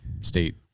state